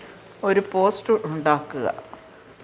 ഒരു പോസ്റ്ററ് ഉണ്ടാക്കുക